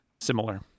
similar